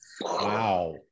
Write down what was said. wow